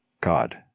God